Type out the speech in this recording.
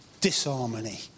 disharmony